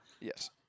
yes